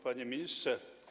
Panie Ministrze!